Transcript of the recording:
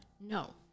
No